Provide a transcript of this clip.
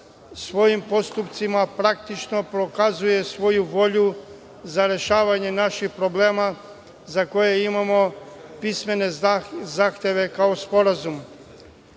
svojim postupcima, praktično pokazuje svoju volju za rešavanje naših problema, za koje imamo pismene zahteva kao sporazum.